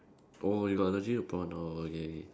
oh you got allergy to prawn oh okay okay